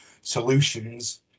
solutions